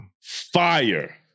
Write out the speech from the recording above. fire